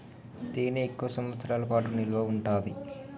తేనె ఎక్కువ సంవత్సరాల పాటు నిల్వ ఉంటాది